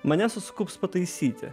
mane suskubs pataisyti